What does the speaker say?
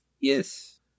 Yes